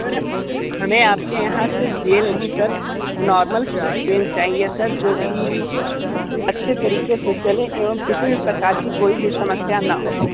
sir हमें आपके यहां से जेल नहीं सर नॉर्मल पेन चाहिए सर जो कि अच्छे तरीके से चले एवं किसी भी प्रकार की कोई भी समस्या ना हो